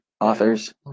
authors